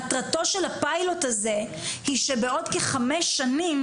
מטרתו של הפיילוט הזה היא שבעוד כחמש שנים